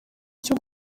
cyo